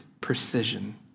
precision